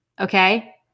Okay